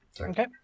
Okay